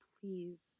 please